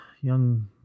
young